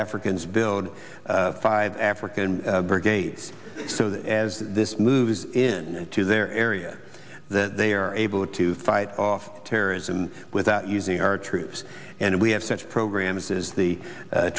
africans build five african brigades so that as this moves in to their area that they are able to fight off terrorism without using our troops and we have such programs as the